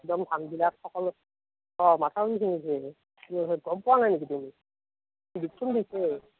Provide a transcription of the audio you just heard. একদম ধানবিলাক সকলো অ মঠাউৰি ছিঙিছে গম পোৱা নাই নেকি তুমি